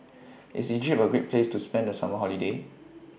IS Egypt A Great Place to spend The Summer Holiday